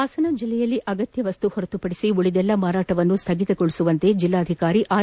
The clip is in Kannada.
ಹಾಸನ ಜಿಲ್ಲೆಯಲ್ಲಿ ಅಗತ್ತ ವಸ್ತು ಹೊರತುಪಡಿಸಿ ಉಳಿದೆಲ್ಲಾ ಮಾರಾಟವನ್ನು ಸ್ವಗಿತಗೊಳಸುವಂತೆ ಜಿಲ್ಲಾಧಿಕಾರಿ ಆರ್